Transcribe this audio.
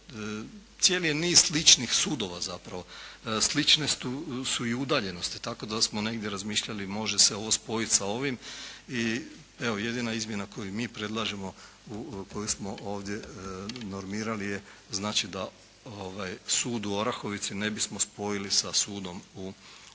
cijeli je niz sličnih sudova zapravo. Slične su i udaljenosti tako da smo negdje razmišljali može se ovo spojiti sa ovim i evo jedina izmjena koju mi predlažemo, koju smo ovdje normirali je znači da sud u Orahovici ne bismo spojili sa sudom u Našicama,